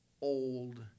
old